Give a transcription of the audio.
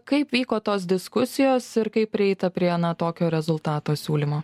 kaip vyko tos diskusijos ir kaip prieita prie na tokio rezultato siūlymo